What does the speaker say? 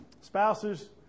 Spouses